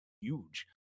huge